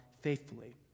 faithfully